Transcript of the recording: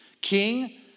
King